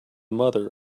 mother